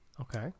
Okay